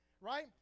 right